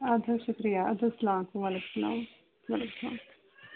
اد حظ شُکریہ اد حظ سلام علیکُم وعلیکُم سلام وعلیکُم سلام